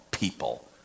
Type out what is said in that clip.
people